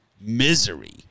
misery